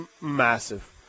Massive